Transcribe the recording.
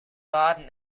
baden